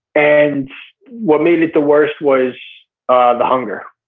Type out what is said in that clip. and what made it the worst was ah the hunger.